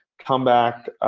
come back,